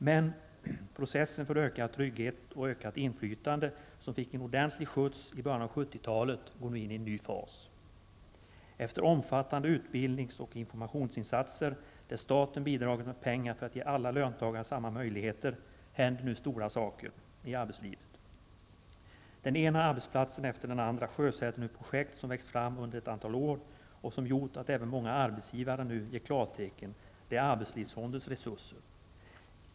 Men processen för ökad trygghet och ökat inflytande, som fick en ordentlig skjuts i början av 70-talet, går nu in i en ny fas. Efter omfattande utbildnings och informationsinsatser, där staten bidragit med pengar för att ge alla löntagare samma möjligheter, händer nu stora saker i arbetslivet. Den ena arbetsplatsen efter den andra sjösätter nu projekt, som växt fram under ett antal år. Det som gjort att även många arbetsgivare nu ger klartecken är arbetslivsfondens resurser.